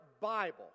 Bible